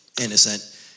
innocent